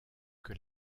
que